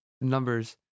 numbers